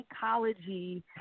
psychology